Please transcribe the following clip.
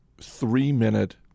three-minute